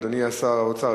אדוני שר האוצר.